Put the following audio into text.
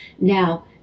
Now